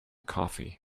coffee